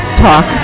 talk